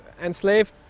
Enslaved